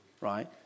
right